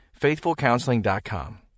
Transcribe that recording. FaithfulCounseling.com